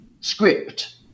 script